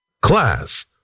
class